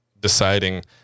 deciding